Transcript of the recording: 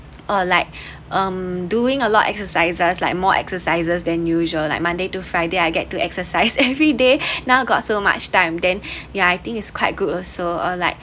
or like um doing a lot exercises like more exercises than usual like monday to friday I get to exercise every day now got so much time then ya I think is quite good also or like